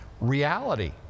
reality